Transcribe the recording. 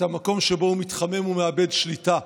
את המקום שבו הוא מתחמם, מאבד שליטה.